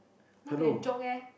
don't be a joke eh